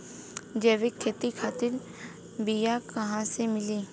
जैविक खेती खातिर बीया कहाँसे मिली?